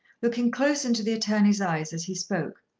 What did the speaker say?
looking close into the attorney's eyes as he spoke.